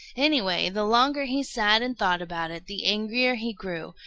anyway, the longer he sat and thought about it, the angrier he grew,